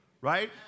Right